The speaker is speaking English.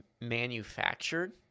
manufactured